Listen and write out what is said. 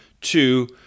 Two